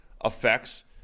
affects